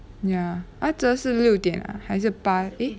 ya 啊哲是六点啊还是八 eh